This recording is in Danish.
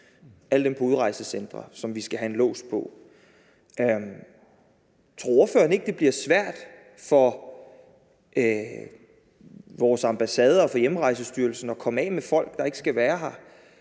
alle dem på udrejsecentre, hvor vi skal have en lås på. Tror ordføreren ikke, det bliver svært for vores ambassader og for Hjemrejsestyrelsen at komme af med folk, der ikke skal være her,